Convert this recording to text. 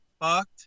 fucked